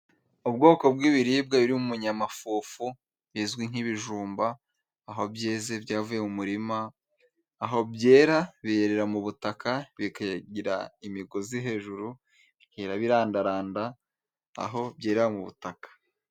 Ubwoko bw'ibiribwa biri mu binyamafufu bizwi nk'ibijumba, aho byeze byavuye mu murima, aho byera bira mu butaka bikagira imigozi hejuru bikera birandaranda aho byera mu butaka.